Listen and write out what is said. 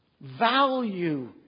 value